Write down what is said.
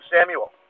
Samuel